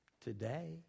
today